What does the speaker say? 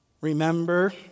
remember